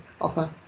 offer